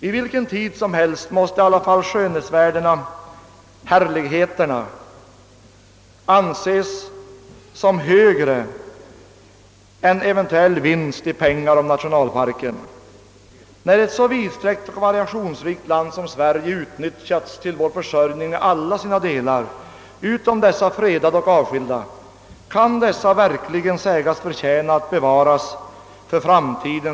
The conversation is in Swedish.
I vilken tid som helst måste skönhetsvärdena, »härligheterna», framstå som större än den eventuella vinst i pengar som dessa områden skulle kunna ge. När ett så vidsträckt och variationsrikt land som Sverige till alla sina delar utom när det gäller dessa fredade och avskilda områden har utnyttjats för vår försörjning kan dessa verkligen sägas förtjäna att bevaras för framtiden.